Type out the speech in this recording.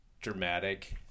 dramatic